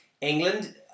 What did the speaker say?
England